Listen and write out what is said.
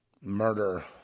murder